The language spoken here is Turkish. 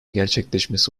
gerçekleşmesi